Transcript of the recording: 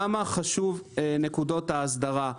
למה חשוב נקודות ההסדרה?